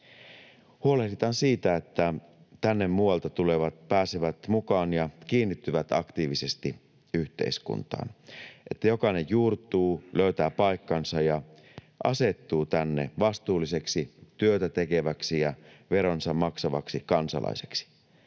Huolehditaan siitä, että tänne muualta tulevat pääsevät mukaan ja kiinnittyvät aktiivisesti yhteiskuntaan, että jokainen juurtuu, löytää paikkansa ja asettuu tänne vastuulliseksi työtä tekeväksi ja veronsa maksavaksi kansalaiseksi,